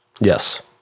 Yes